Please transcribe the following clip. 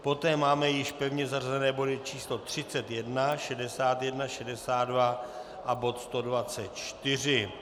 Poté máme již pevně zařazeny body č. 31, 61, 62 a 124.